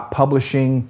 publishing